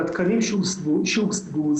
בתקנים שהושגו,